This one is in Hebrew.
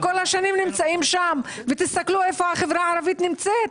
אתם כל השנים נמצאים שם ותסתכלו איפה החברה הערבית נמצאת.